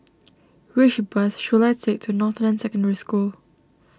which bus should I take to Northland Secondary School